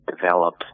develop